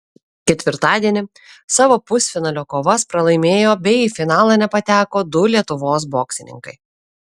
ketvirtadienį savo pusfinalio kovas pralaimėjo bei į finalą nepateko du lietuvos boksininkai